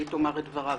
והיא תאמר את דברה,